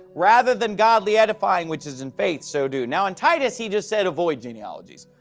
rather than godly edifying which is in faith so do. now in titus, he just said, avoid genealogies.